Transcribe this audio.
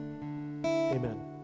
Amen